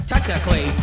Technically